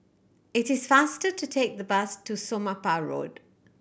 it is faster to take the bus to Somapah Road